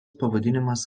pavadinimas